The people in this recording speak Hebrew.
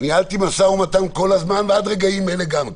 ניהלתי משא ומתן כל הזמן ועד רגעים אלה גם כן.